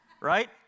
Right